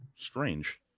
strange